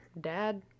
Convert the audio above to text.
dad